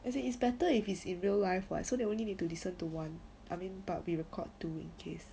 as in it's better if is in real life [what] so they only need to listen to one I mean but we record two in case